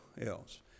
else